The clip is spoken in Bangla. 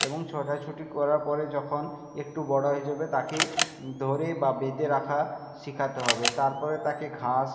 এবং ছোটাছুটি করার পরে যখন একটু বড়ো হয়ে যাবে তাকে ধরে বা বেঁধে রাখা শেখাতে হবে তারপরে তাকে ঘাস